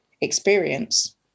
experience